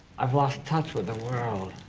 i've lost touch with the world.